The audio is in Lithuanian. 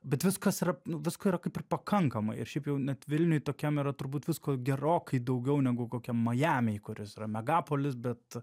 bet viskas yra visko yra kaip ir pakankamai ir šiaip jau net vilniuj tokiam yra turbūt visko gerokai daugiau negu kokiam majamį kuris yra megapolis bet